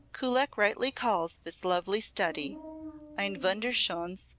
kullak rightly calls this lovely study ein wunderschones,